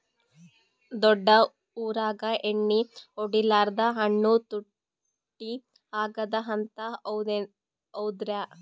ದೊಡ್ಡ ಊರಾಗ ಎಣ್ಣಿ ಹೊಡಿಲಾರ್ದ ಹಣ್ಣು ತುಟ್ಟಿ ಅಗವ ಅಂತ, ಹೌದ್ರ್ಯಾ?